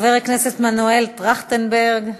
חבר הכנסת מנואל טרכטנברג,